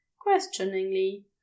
questioningly